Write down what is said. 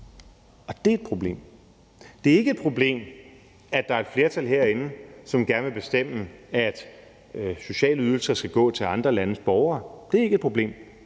og det er et problem. Det er ikke et problem, at der er et flertal herinde, som gerne vil bestemme, at sociale ydelser skal gå til andre landes borgere, det er ikke et problem.